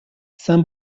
saint